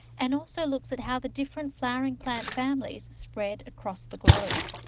and also looks at how the different flowering plant families spread across the globe.